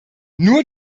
nur